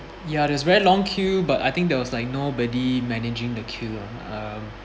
ya it's very long queue but I think there was like nobody managing the queue lah uh